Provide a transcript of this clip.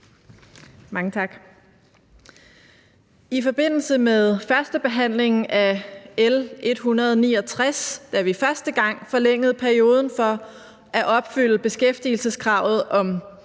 I forbindelse med førstebehandlingen af L 169, da vi første gang forlængede perioden for at opfylde beskæftigelseskravet om